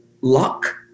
luck